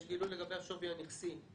יש גילוי לגבי השווי הנכסי.